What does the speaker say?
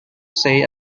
say